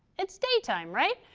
it's daytime, right?